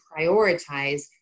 prioritize